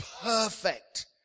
Perfect